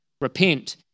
repent